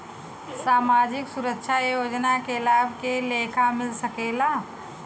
सामाजिक सुरक्षा योजना के लाभ के लेखा मिल सके ला?